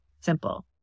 Simple